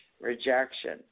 rejection